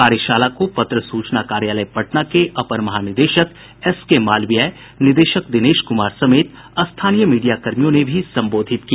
कार्यशाला को पत्र सूचना कार्यालय पटना के अपर महानिदेशक एसकेमालवीय निदेशक दिनेश कुमार समेत स्थानीय मीडियाकर्मियों ने भी संबोधित किया